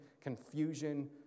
confusion